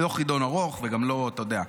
לא חידון ארוך, וגם לא, אתה יודע.